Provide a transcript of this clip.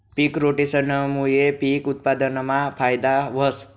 पिक रोटेशनमूये पिक उत्पादनमा फायदा व्हस